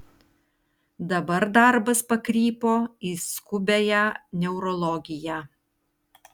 dabar darbas pakrypo į skubiąją neurologiją